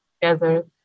together